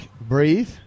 breathe